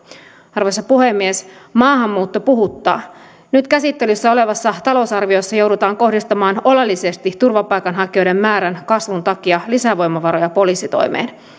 arvoisa puhemies maahanmuutto puhuttaa nyt käsittelyssä olevassa talousarviossa joudutaan kohdistamaan oleellisesti turvapaikanhakijoiden määrän kasvun takia lisävoimavaroja poliisitoimeen